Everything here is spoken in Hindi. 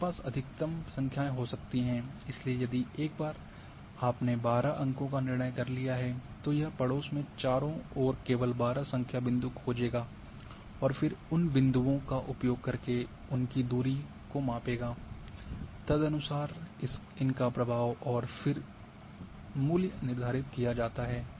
आपके पास अधिकतम संख्याएँ हो सकती हैं इसलिए यदि एक बार आपने 12 अंकों का निर्णय कर लिया है तो यह पड़ोस में चारों ओर केवल 12 संख्या बिंदु खोजेगा और फिर उन बिंदुओं का उपयोग करके उनकी दूरी को मापेगा तदनुसार इनका प्रभाव और फिर मूल्य निर्धारित किया जाता है